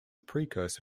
precursor